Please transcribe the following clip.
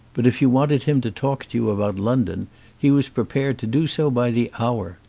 but if you wanted him to talk to you about london he was prepared to do so by the hour.